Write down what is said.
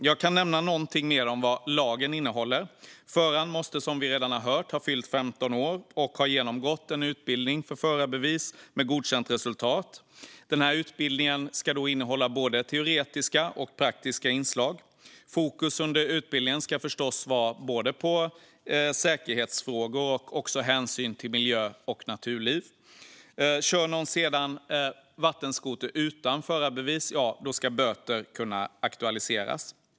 Jag kan nämna något mer om vad lagen innehåller. Föraren måste, som vi redan har hört, ha fyllt 15 år och ha genomgått en utbildning för förarbevis med godkänt resultat. Utbildningen ska innehålla både teoretiska och praktiska inslag. Fokus under utbildningen ska förstås ligga på både säkerhetsfrågor och hänsyn till miljö och naturliv. Om någon kör vattenskoter utan förarbevis ska böter kunna aktualiseras.